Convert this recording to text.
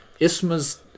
Isma's